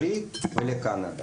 מספרי תקני הקביעות לא עלו,